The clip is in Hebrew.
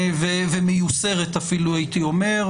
ומיוסרת אפילו הייתי אומר,